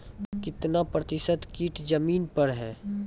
कितना प्रतिसत कीट जमीन पर हैं?